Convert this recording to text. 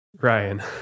Ryan